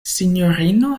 sinjorino